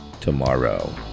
tomorrow